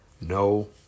no